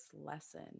lesson